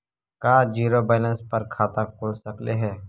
का zero balance पर खाता खुल सकले हे?